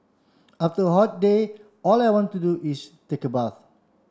after a hot day all I want to do is take a bath